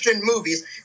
movies